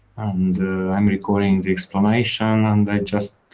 and i'm recording the explanation. and i just.